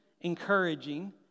encouraging